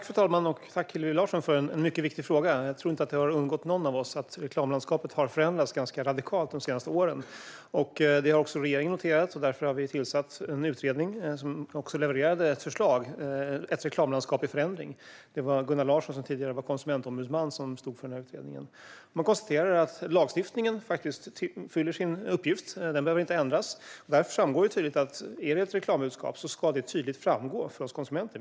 Fru talman! Tack för en mycket viktig fråga, Hillevi Larsson! Jag tror inte att det har undgått någon av oss att reklamlandskapet har förändrats ganska radikalt de senaste åren. Det har även regeringen noterat, och därför har vi tillsatt en utredning. Den har också levererat ett förslag, Ett reklamlandskap i förändring . Det var Gunnar Larsson, som tidigare var konsumentombudsman, som stod för utredningen. Man konstaterar att lagstiftningen faktiskt fyller sin funktion och inte behöver ändras. Där framgår det tydligt att det för oss konsumenter ska vara tydligt om något är ett reklambudskap.